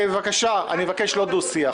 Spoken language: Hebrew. אני מבקש לא דו-שיח.